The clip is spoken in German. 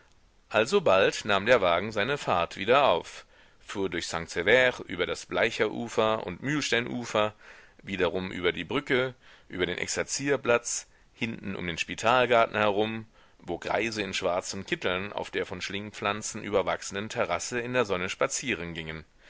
alsobald nahm der wagen seine fahrt wieder auf fuhr durch sankt sever über das bleicher ufer und mühlstein ufer wiederum über die brücke über den exerzierplatz hinten um den spitalgarten herum wo greise in schwarzen kitteln auf der von schlingpflanzen überwachsenen terrasse in der sonne spazieren gingen